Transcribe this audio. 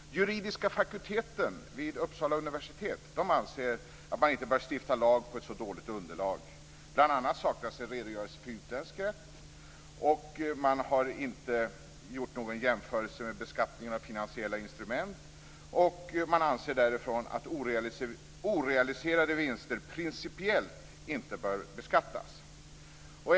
Juridiska fakulteten vid Uppsala universitet anser att man inte bör stifta lag på ett så dåligt underlag. Bl.a. saknas en redogörelse för utländsk rätt, och man har inte gjort någon jämförelse med beskattningen av finansiella instrument. Man anser att orealiserade vinster principiellt inte bör beskattas.